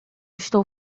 estou